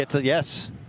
Yes